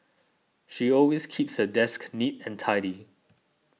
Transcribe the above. she always keeps her desk neat and tidy